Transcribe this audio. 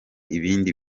ibindi